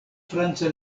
franca